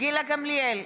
גילה גמליאל,